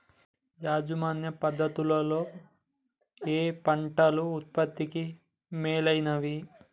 యాజమాన్య పద్ధతు లలో ఏయే పంటలు ఉత్పత్తికి మేలైనవి?